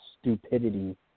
stupidity